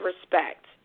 respect